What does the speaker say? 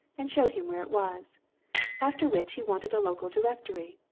and showed him where it was after which he wanted a local directory,